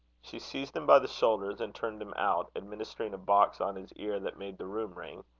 she seized him by the shoulders, and turned him out, administering a box on his ear that made the room ring.